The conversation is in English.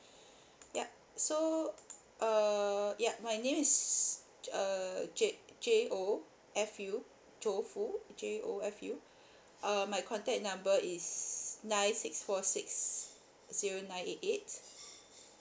yup so uh yup my name is err J J O F U jofu J O F U uh my contact number is nine six four six zero nine eight eight